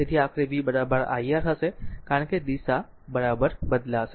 તેથી આખરે v iR હશે કારણ કે દિશા બરાબર બદલાશે